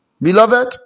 Beloved